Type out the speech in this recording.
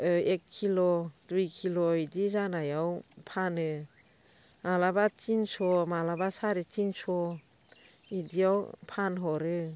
एक किल' दुइ किल' बिदि जानायाव फानो माब्लाबा तिनस' माब्लाबा सारे तिनस' बिदियाव फानहरो